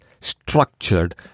structured